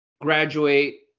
graduate